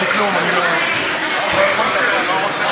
הצבעה שמית.